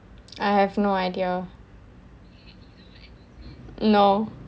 I have no idea no